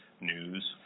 news